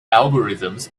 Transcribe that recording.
algorithms